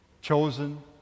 chosen